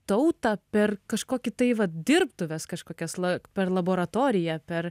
tautą per kažkokį tai vat dirbtuves kažkokias lak per laboratoriją per